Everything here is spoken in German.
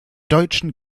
deutschen